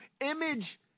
image